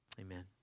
Amen